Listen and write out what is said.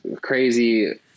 crazy